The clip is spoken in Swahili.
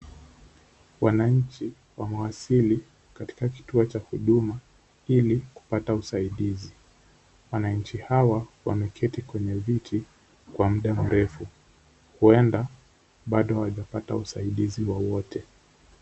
Wananchi wamewasili katika kituo cha huduma ili kupata usaidizi. Wananchi hawa wameketi kwa viti kwa muda mrefu. Huenda bado hawajapata usaidizi wowote.